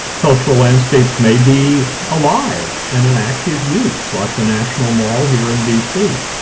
cultural landscapes may be alive and in active use like the national mall here in dc,